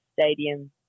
stadium